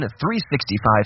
365